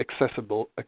accessible